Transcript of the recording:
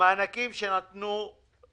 מהעסקים הם עד